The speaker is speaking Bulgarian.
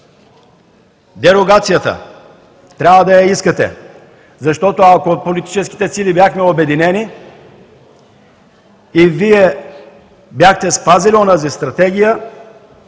Дерогацията трябва да я искате, защото ако политическите сили бяхме обединени и Вие бяхте спазили онази Стратегия,